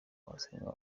abasiganwa